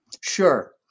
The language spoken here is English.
Sure